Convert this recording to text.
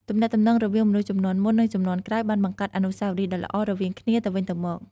ទំនាក់ទំនងរវាងមនុស្សជំនាន់មុន និងជំនាន់ក្រោយបានបង្កើតអនុស្សាវរីយ៍ដ៏ល្អរវាងគ្នាទៅវិញទៅមក។